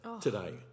today